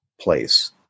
place